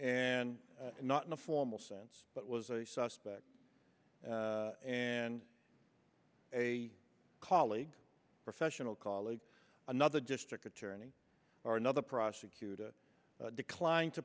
and not in a formal sense but was a suspect and a colleague professional colleague another district attorney or another prosecutor declined to